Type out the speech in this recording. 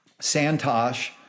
Santosh